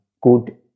good